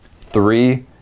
three